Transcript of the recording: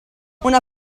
una